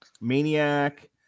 Maniac